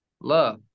Love